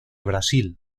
brasil